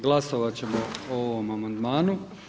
Glasovat ćemo o ovom amandmanu.